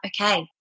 okay